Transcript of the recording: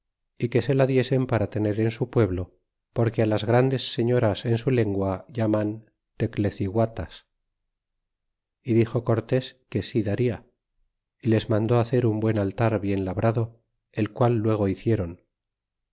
y que se la diesen para tener en su pueblo porque las grandes señoras en su lengua llaman tecleciguatas y dixo cortes que sí daria y les mandó hacer un buen altar bien labrado el qual luego hicieron